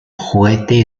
juguete